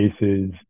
cases